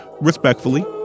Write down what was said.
respectfully